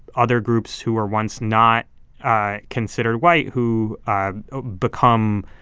other groups who were once not considered white who ah ah become,